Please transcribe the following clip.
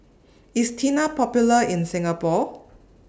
IS Tena Popular in Singapore